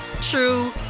true